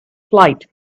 flight